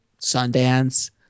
Sundance